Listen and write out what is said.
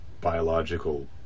biological